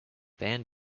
band